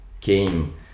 came